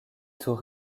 tout